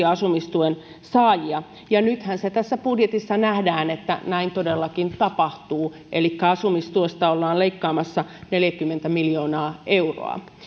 asumistuen saajia nythän se tässä budjetissa nähdään että näin todellakin tapahtuu elikkä asumistuesta ollaan leikkaamassa neljäkymmentä miljoonaa euroa